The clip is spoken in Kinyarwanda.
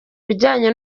bijyanye